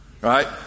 right